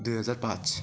दुई हजार पाँच